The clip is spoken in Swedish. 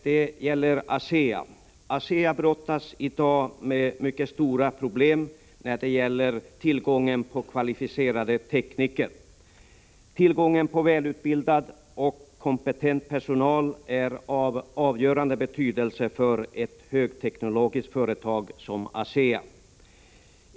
Det gäller ASEA. ASEA brottas i dag med mycket stora problem när det gäller tillgången på kvalificerade tekniker. Tillgången på välutbildad och kompetent personal är av avgörande betydelse för ett högteknologiskt företag som ASEA.